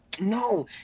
no